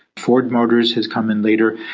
ford motors has come in later.